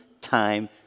time